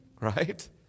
right